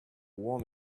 warming